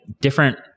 different